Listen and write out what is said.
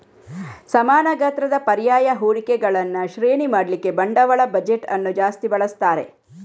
ಸಮಾನ ಗಾತ್ರದ ಪರ್ಯಾಯ ಹೂಡಿಕೆಗಳನ್ನ ಶ್ರೇಣಿ ಮಾಡ್ಲಿಕ್ಕೆ ಬಂಡವಾಳ ಬಜೆಟ್ ಅನ್ನು ಜಾಸ್ತಿ ಬಳಸ್ತಾರೆ